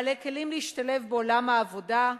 בעלי כלים להשתלב בעולם העבודה,